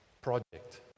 project